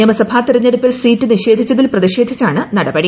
നിയമസഭാ തിരഞ്ഞെടുപ്പിൽ സീറ്റ് നിഷേധിച്ചതിൽ ് പ്രതിഷേധിച്ചാണ് നടപടി